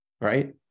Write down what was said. Right